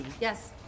Yes